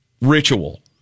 ritual